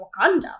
Wakanda